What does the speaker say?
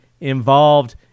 involved